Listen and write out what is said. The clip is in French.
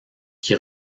qui